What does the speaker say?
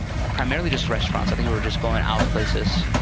primarily just restaurants, i think we were just going out places.